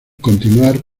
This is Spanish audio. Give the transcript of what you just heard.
continuar